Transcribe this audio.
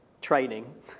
training